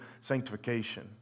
sanctification